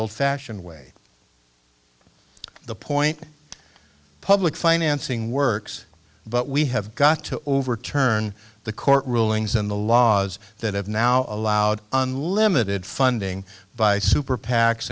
old fashioned way the point public financing works but we have got to overturn the court rulings in the laws that have now allowed unlimited funding by super pac